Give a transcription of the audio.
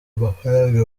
amafaranga